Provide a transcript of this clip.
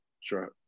sure